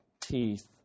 teeth